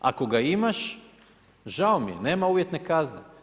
Ako ga imaš, žao mi je nema uvjetne kazne.